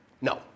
No